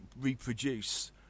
reproduce